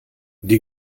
die